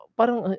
parang